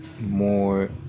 more